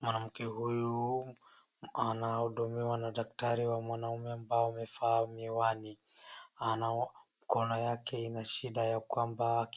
Mwanamke huyu anahudumiwa na dakitari wa mwanaume ambaye amevaa miwani. Mkono yake ikona shida ya kwamba